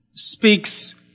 speaks